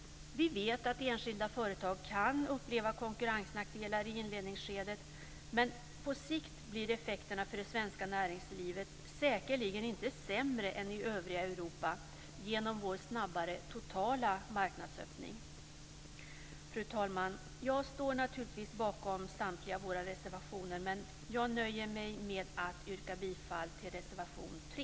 Vi vet att enskilda företag kan uppleva konkurrensnackdelar i inledningsskedet, men på sikt blir effekterna för det svenska näringslivet säkerligen inte sämre än i övriga Europa genom vår snabbare totala marknadsöppning. Fru talman! Jag står naturligtvis bakom samtliga våra reservationer, men jag nöjer mig med att yrka bifall till reservation 3.